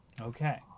Okay